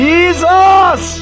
Jesus